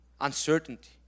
uncertainty